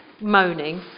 moaning